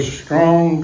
strong